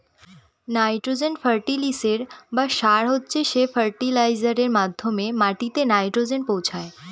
nitrogen ফার্টিলিসের বা সার হচ্ছে সে ফার্টিলাইজারের মাধ্যমে মাটিতে নাইট্রোজেন পৌঁছায়